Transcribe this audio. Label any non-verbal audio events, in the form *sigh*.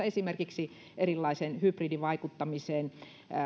*unintelligible* esimerkiksi erilaisiin hybridivaikuttamisiin